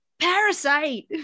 parasite